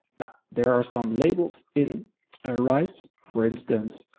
now there are some labels in ah rise, for instance,